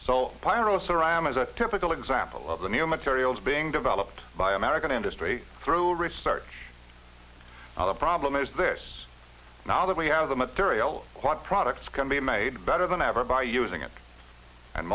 a typical example of the new materials being developed by american industry through research on the problem is this now that we have the material quite products can be made better than ever by using it and